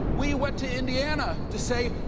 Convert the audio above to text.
we went to indiana to say,